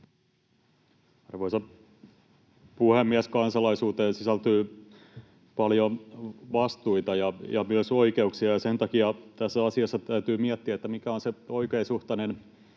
Arvoisa puhemies! Kansalaisuuteen sisältyy paljon vastuita ja myös oikeuksia. Sen takia tässä asiassa täytyy miettiä, mikä on se oikeasuhtainen